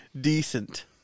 Decent